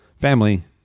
family